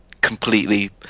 completely